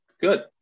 Good